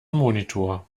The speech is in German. monitor